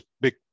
big